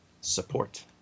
Support